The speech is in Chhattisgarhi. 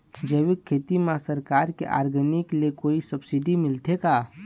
जैविक खेती म सरकार के ऑर्गेनिक ले कोई सब्सिडी मिलथे का?